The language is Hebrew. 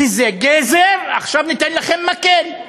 זה גזר, ועכשיו ניתן לכם מקל.